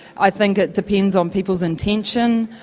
i think it depends on people's intention,